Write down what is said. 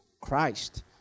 christ